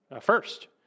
first